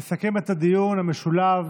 יסכם את הדיון המשולב